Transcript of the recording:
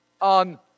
on